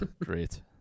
great